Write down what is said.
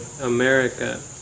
America